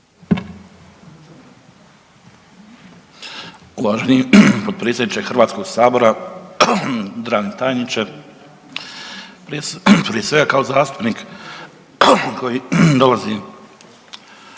Uvaženi potpredsjedniče HS, državni tajniče. Prije svega kao zastupnik koji dolazim